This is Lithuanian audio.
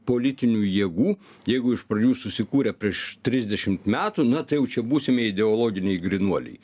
politinių jėgų jeigu iš pradžių susikūrė prieš trisdešimt metų na tai jau čia būsime ideologiniai grynuoliai